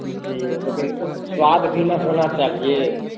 जी लेकिन उत स्वाद भी न होना चाहिए